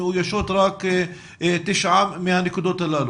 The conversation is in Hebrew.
מאוישות רק תשע מהנקודות הללו.